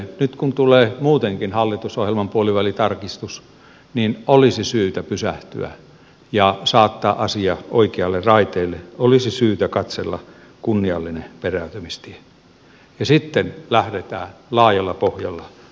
nyt kun tulee muutenkin hallitusohjelman puolivälitarkistus olisi syytä pysähtyä ja saattaa asia oikeille raiteille olisi syytä katsella kunniallinen perääntymistie ja sitten lähdetään laajalla pohjalla uudistamaan